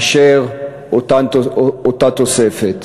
מאותה תוספת.